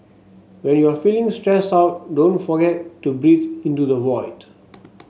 when you are feeling stressed out don't forget to breathe into the void